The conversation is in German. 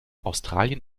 australien